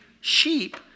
sheep